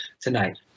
tonight